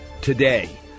today